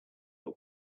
your